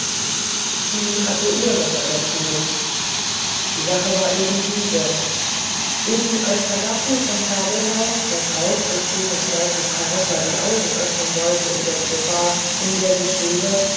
sie hatte ursache dazu die sache war diese eben als herr dapsul von zabelthau der braut des königs daucus carota die augen öffnen wollte über die gefahr in der sie schwebe